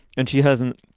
and she hasn't.